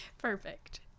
perfect